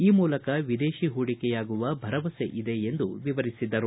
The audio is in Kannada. ಈ ಮೂಲಕ ವಿದೇಶಿ ಪೂಡಿಕೆ ಆಗುವ ಭರವಸೆ ಇದೆ ಎಂದು ವಿವರಿಸಿದರು